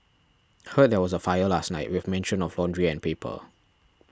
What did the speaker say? heard there was a fire last night with mention of laundry and paper